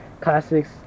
classics